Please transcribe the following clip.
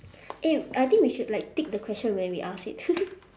eh I think we should like tick the question when we ask it